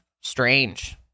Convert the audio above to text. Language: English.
strange